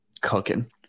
cooking